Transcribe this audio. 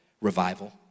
Revival